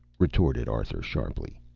retorted arthur sharply.